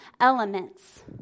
elements